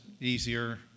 easier